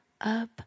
up